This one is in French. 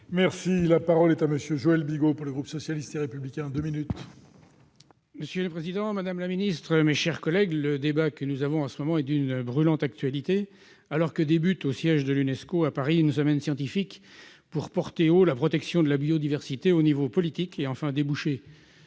Merci, la parole est à monsieur Joël Bigot pour le groupe socialiste et républicain 2 minutes. Monsieur le Président, Madame la Ministre, mes chers collègues, le débat que nous avons en ce moment, est d'une brûlante actualité alors que débute au siège de l'Unesco à Paris une semaine scientifique pour porter haut la protection de la biodiversité au niveau politique et enfin déboucher